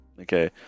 Okay